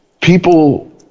people